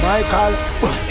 Michael